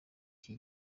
iki